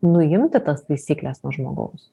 nuimti tas taisykles nuo žmogaus